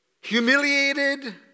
humiliated